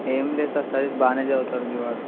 ఏమి లేదు sir studies బాగా చదువుతాడు మీ వాడు